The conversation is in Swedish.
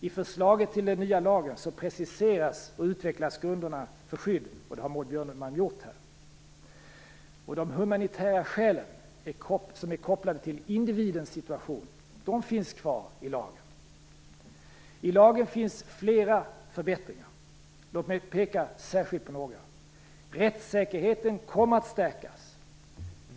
I förslaget till den nya lagen preciseras och utvecklas grunderna för skydd, som också Maud Björnemalm här har redogjort för. De humanitära skälen, som är kopplade till individens situation, finns kvar i lagen. I lagen finns flera förslag till förbättringar. Låt mig särskilt peka på några: Rättssäkerheten kommer att stärkas.